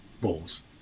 Ball's